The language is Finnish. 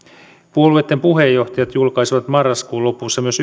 puolueitten puheenjohtajat julkaisivat marraskuun lopussa myös